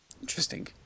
Interesting